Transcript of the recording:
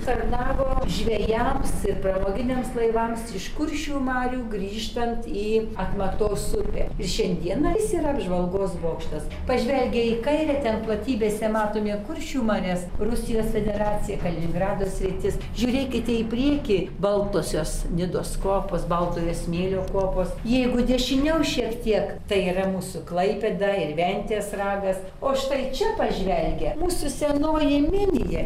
tarnavo žvejams ir pramoginiams laivams iš kuršių marių grįžtant į atmatos upę ir šiandieną jis yra apžvalgos bokštas pažvelgę į kairę ten platybėse matome kuršių marias rusijos federacija kaliningrado sritis žiūrėkite į priekį baltosios nidos kopos baltojo smėlio kopos jeigu dešiniau šiek tiek tai yra mūsų klaipėda ir ventės ragas o štai čia pažvelgę mūsų senoji minija